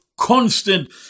constant